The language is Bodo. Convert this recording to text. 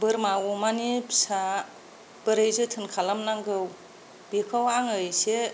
बोरमा अमानि फिसा बोरै जोथोन खालामनांगौ बेखौ आङो एसे